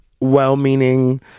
well-meaning